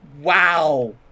wow